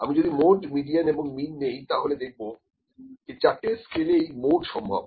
আমি যদি mode median এবং মিন নেই তাহলে দেখব এই চারটে স্কেলেই মোড সম্ভব